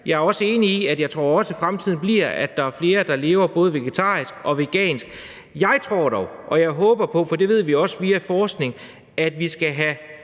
Jeg er også enig i, og jeg tror også, fremtiden bliver sådan, at der er flere, der lever både vegetarisk og vegansk. Jeg tror dog, og jeg håber på, for det ved vi også via forskning, at vi skal have